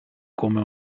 come